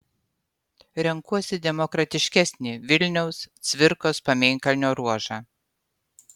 renkuosi demokratiškesnį vilniaus cvirkos pamėnkalnio ruožą